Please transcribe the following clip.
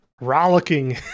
rollicking